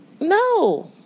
no